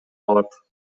алат